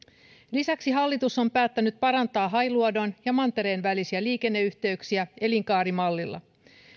lisäksi hallitus on päättänyt parantaa hailuodon ja mantereen välisiä liikenneyhteyksiä elinkaarimallilla